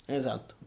esatto